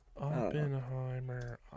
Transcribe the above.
Oppenheimer